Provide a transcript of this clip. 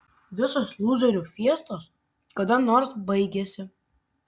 visos lūzerių fiestos kada nors baigiasi